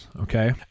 Okay